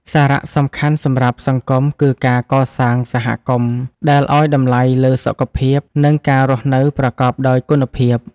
សារៈសំខាន់សម្រាប់សង្គមគឺការកសាងសហគមន៍ដែលឱ្យតម្លៃលើសុខភាព និងការរស់នៅប្រកបដោយគុណភាព។